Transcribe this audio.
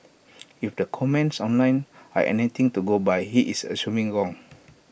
if the comments online are anything to go by he is assuming wrong